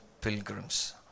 pilgrims